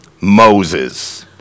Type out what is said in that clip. Moses